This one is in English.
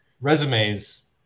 resumes